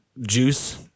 juice